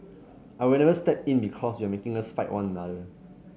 I will never step in because you are making us fight one another